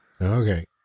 okay